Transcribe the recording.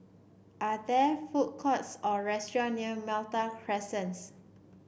are there food courts or restaurants near Malta Crescent